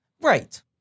Right